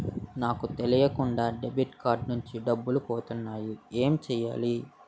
నాకు తెలియకుండా debit card నుంచి డబ్బులు పోతున్నాయి ఎం చెయ్యాలి?